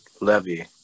Levy